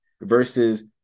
versus